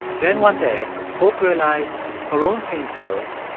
then, one day, hope realized her own pain pills,